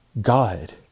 God